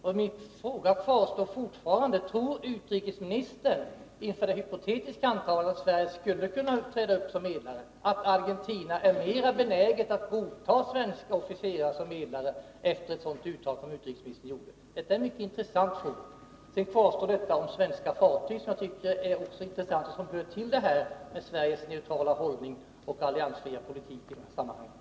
Min fråga kvarstår fortfarande: Tror utrikesministern inför det hypotetiska antagandet att Sverige skulle kunna ställa upp som medlare att Argentina är mer benäget att godta svenska officerare som medlare efter ett sådant uttalande som utrikesministern gjort? Detta är en mycket intressant fråga. Sedan kvarstår detta om svenska fartyg, som jag tycker också är en intressant fråga vilken har med Sveriges neutrala hållning och alliansfria politik att göra.